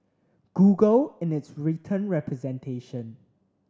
google in its written representation